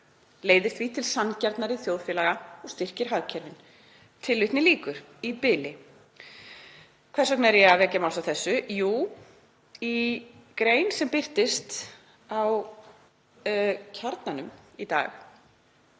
leiðir því til sanngjarnari þjóðfélaga og styrkir hagkerfin.“ Hvers vegna er ég að vekja máls á þessu? Jú, í grein sem birtist í Kjarnanum í dag